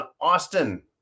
Austin